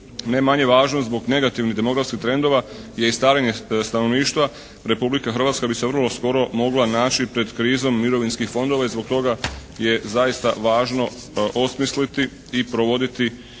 Ne manje važno zbog negativnih demografskih trendova je i starenje stanovništva. Republika Hrvatska bi se vrlo skoro mogla naći pred krizom mirovinskih fondova i zbog toga je zaista važno osmisliti i provoditi